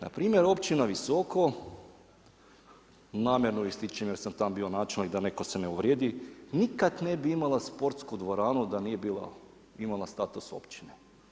Npr. Općina Visoko namjerno ju ističem jer sam tamo bio načelnik da netko se ne uvrijedi, nikad ne bi imala sportu dvoranu da nije imala status općine.